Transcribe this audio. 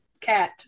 Cat